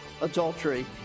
adultery